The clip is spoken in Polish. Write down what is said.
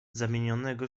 zamienionego